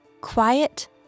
quiet